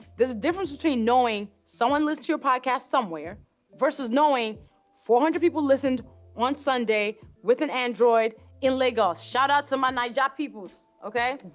there's a difference between knowing someone listen to your podcast somewhere versus knowing four hundred people listened one sunday with an android in lagos. shout out to my niger peoples, okay?